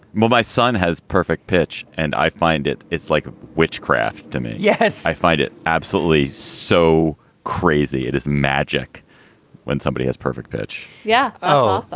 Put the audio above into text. my my son has perfect pitch and i find it. it's like witchcraft to me. yes, i find it absolutely so crazy. it is magic when somebody has perfect pitch yeah. oh,